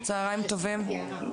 טובים.